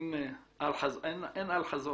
מהלך שיאפשר לאנשים האלה לפרוש בגיל 65 עם כל הזכויות שלהם,